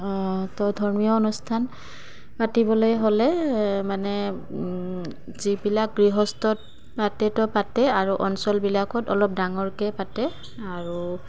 তো ধৰ্মীয় অনুষ্ঠান পাতিবলৈ হ'লে মানে যিবিলাক গৃহস্থত পাতেতো পাতেই আৰু অঞ্চলবিলাকত অলপ ডাঙৰকৈ পাতে আৰু